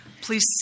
Please